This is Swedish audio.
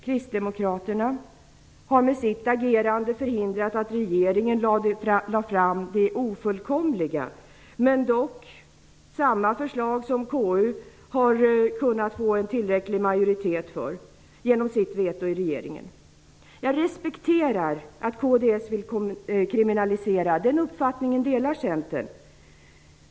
Kristdemokraterna har med sitt agerande, sitt veto i regeringen, förhindrat att regeringen lade fram det ofullkomliga förslag som i KU dock hade kunnat samla en tillräcklig majoritet. Jag respekterar att kds vill kriminalisera. Den uppfattningen delar Centern.